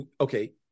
okay